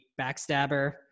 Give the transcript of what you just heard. backstabber